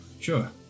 Sure